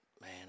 Man